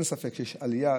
אין ספק שיש עלייה,